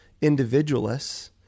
individualists